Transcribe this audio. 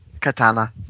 katana